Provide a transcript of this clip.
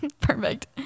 perfect